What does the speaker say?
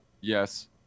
Yes